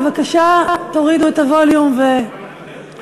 בבקשה תורידו את הווליום ותתחשבו.